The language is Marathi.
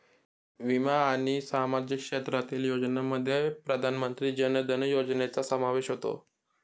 विमा आणि सामाजिक क्षेत्रातील योजनांमध्ये प्रधानमंत्री जन धन योजनेचा समावेश होतो